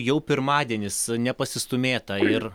jau pirmadienis nepasistūmėta ir